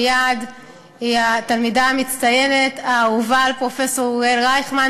מייד היא הייתה התלמידה המצטיינת האהובה על פרופסור אוריאל רייכמן,